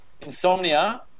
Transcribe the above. insomnia